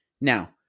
Now